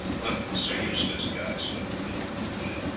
but, sir eustace, guy said, when he had concluded,